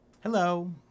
Hello